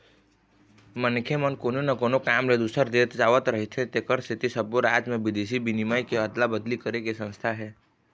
मनखे मन कोनो न कोनो काम ले दूसर देश जावत रहिथे तेखर सेती सब्बो राज म बिदेशी बिनिमय के अदला अदली करे के संस्था हे